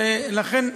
לכן,